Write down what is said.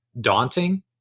daunting